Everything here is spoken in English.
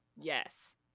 Yes